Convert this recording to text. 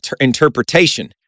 interpretation